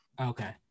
Okay